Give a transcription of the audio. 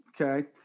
Okay